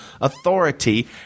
authority